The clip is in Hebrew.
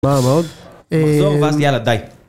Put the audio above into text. מה... מאוד? אההה... -תחזור ואז יאללה, די